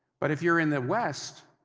but if you're in the west,